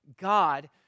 God